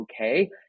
okay